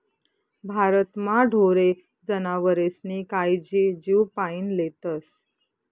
भारतमा ढोरे जनावरेस्नी कायजी जीवपाईन लेतस